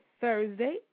Thursday